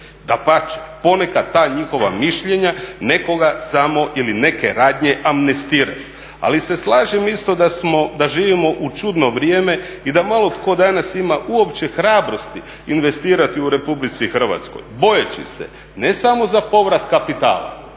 Dapače, ponekad ta njihova mišljenja nekoga samo ili neke radnje amnestiraju, ali se slažem isto da živimo u čudno vrijeme i da malo tko danas ima uopće hrabrosti investirati u RH, bojeći se, ne samo za povrat kapitala